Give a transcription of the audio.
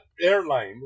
airline